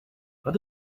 wat